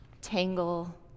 tangle